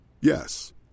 Yes